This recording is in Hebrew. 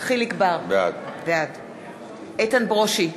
יחיאל חיליק בר, בעד איתן ברושי,